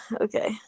Okay